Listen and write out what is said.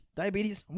diabetes